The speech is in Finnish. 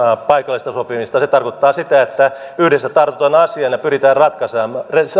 paikallista sopimista se tarkoittaa sitä että yhdessä tartutaan asiaan ja pyritään ratkaisemaan